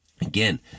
again